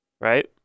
Right